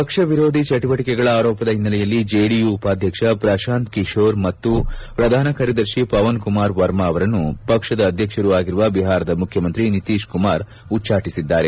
ಪಕ್ಷ ವಿರೋಧಿ ಚಟುವಟಕೆಗಳ ಆರೋಪದ ಹಿನ್ನೆಲೆಯಲ್ಲಿ ಜೆಡಿಯು ಉಪಾಧ್ವಕ್ಷ ಪ್ರತಾಂತ್ ಕಿಶೋರ್ ಮತ್ತು ಪ್ರಧಾನ ಕಾರ್ಯದರ್ಶಿ ಪವನ್ ಕುಮಾರ್ ವರ್ಮಾ ಅವರನ್ನು ಪಕ್ಷದ ಅಧ್ಯಕ್ಷರೂ ಆಗಿರುವ ಬಿಹಾರದ ಮುಖ್ಯಮಂತ್ರಿ ನಿತೀಶ್ ಕುಮಾರ್ ಉಚ್ಪಾಟಿಸಿದ್ದಾರೆ